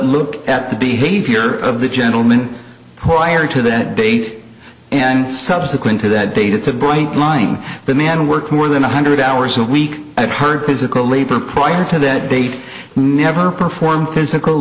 look at the behavior of the gentleman choir to that date and subsequent to that date it's a bright line but man works more than one hundred hours a week i've heard physical labor prior to that date never performed physical